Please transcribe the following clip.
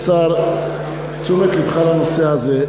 השר, תשומת לבך לנושא הזה.